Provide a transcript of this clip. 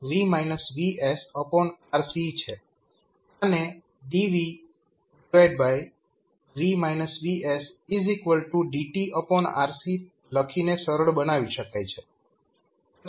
આને dvv VS dtRC લખીને સરળ બનાવી શકાય છે